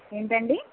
ఏంటండీ